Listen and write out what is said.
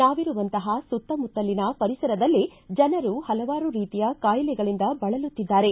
ನಾವಿರುವಂತಹ ಸುತ್ತಮುತ್ತಲಿನ ಪರಿಸರದಲ್ಲಿ ಜನರು ಹಲವಾರು ರೀತಿಯ ಕಾಯಿಲೆಗಳಂದ ಬಳಲುತ್ತಿದ್ದಾರೆ